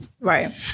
Right